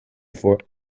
for